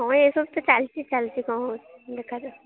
ହୁଏ ଏସବୁ ତ ଚାଲିଛି ଚାଲିଛି କ'ଣ ହେଉଛି ଦେଖାଯାଉ